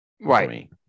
right